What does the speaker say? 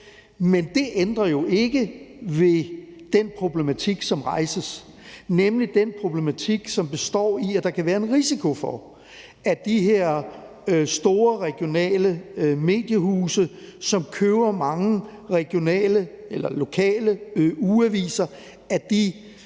Men det ændrer jo ikke ved den problematik, som rejses, nemlig den problematik, som består i, at der kan være en risiko for, at de her store regionale mediehuse, som køber mange regionale eller